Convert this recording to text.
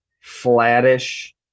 flattish